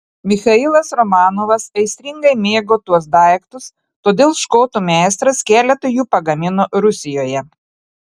michailas romanovas aistringai mėgo tuos daiktus todėl škotų meistras keletą jų pagamino rusijoje